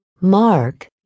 Mark